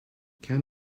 can